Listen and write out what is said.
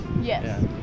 yes